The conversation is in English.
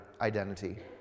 identity